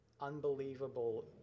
unbelievable